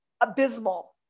abysmal